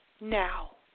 now